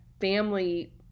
family